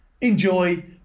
enjoy